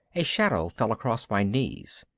a shadow fell across my knees.